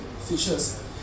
Features